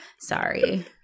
Sorry